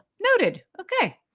noted, ok.